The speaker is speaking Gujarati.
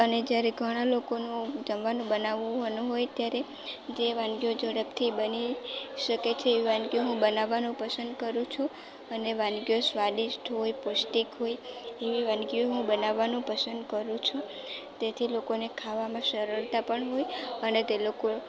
અને જ્યારે ઘણાં લોકોનું જમવાનું બનાવવાનું હોય ત્યારે જે વાનગીઓ ઝડપથી બની શકે છે એવી વાનગીઓ બનાવવાનું હું પસંદ કરું છું અને વાનગીઓ સ્વાદિષ્ટ હોય પૌષ્ટિક હોય એવી વાનગીઓ હું બનાવવાનું પસંદ કરું છું તેથી લોકોને ખાવામાં સરળતા પણ હોય અને તે લોકો